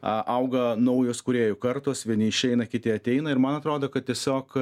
auga naujos kūrėjų kartos vieni išeina kiti ateina ir man atrodo kad tiesiog